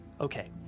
Okay